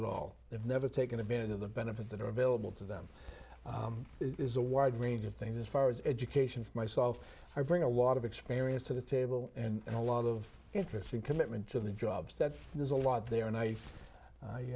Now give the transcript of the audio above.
at all they've never taken advantage of the benefits that are available to them it is a wide range of things as far as education myself i bring a lot of experience to the table and a lot of interest and commitment to the jobs that there's a lot there and